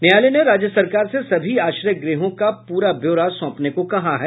न्यायालय ने राज्य सरकार से सभी आश्रय गृहों का पूरा ब्यौरा सौंपने को कहा है